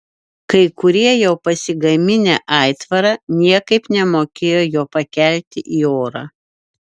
kai kurie jau pasigaminę aitvarą niekaip nemokėjo jo pakelti į orą